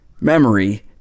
memory